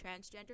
transgender